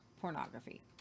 pornography